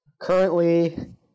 currently